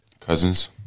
Cousins